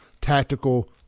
tactical